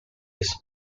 this